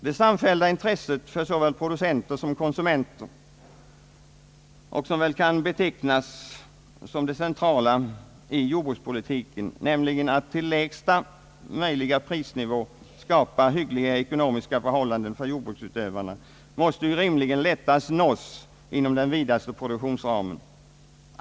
Det samfällda intresset för såväl producenter som konsumenter, vilket väl kan betecknas som det centrala i jordbrukspolitiken, nämligen att till lägsta möjliga prisnivå skapa hyggliga ekonomiska förhållanden för jordbrukets utövare, måste ju rimligen lättast nås inom den vidaste produktionsramen.